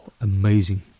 amazing